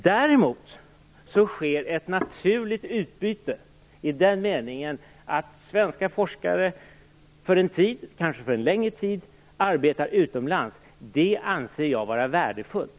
Däremot sker ett naturligt utbyte i den meningen att svenska forskare för en tid, kanske t.o.m. för en längre tid, arbetar utomlands. Det anser jag vara värdefullt.